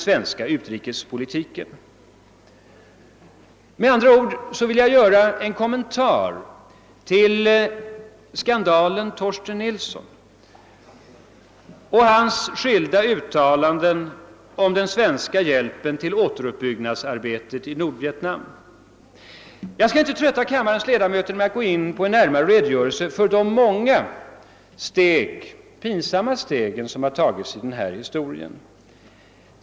Jag vill med andra ord göra en kommentar till skandalen Torsten Nilsson och hans olika uttalanden om den svenska hjälpen till återuppbyggnadsarbetet i Nordvietnam. Jag skall inte trötta kammarens ledamöter med en närmare redogörelse för de många pinsamma steg som har tagits i denna historia.